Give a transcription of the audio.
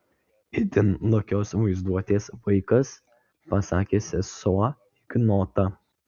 itin lakios vaizduotės vaikas pasakė sesuo ignotą